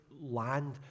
land